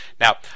Now